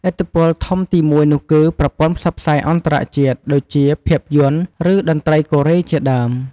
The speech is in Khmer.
ឥទ្ធិពលធំទីមួយនោះគឺ ប្រព័ន្ធផ្សព្វផ្សាយអន្តរជាតិ ដូចជា ភាពយន្ត ឬ តន្រ្តីកូរ៉េជាដើម។